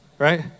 Right